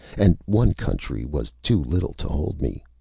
and one country was too little to hold me.